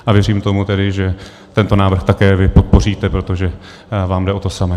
A věřím tomu tedy, že tento návrh také vy podpoříte, protože vám jde o to samé.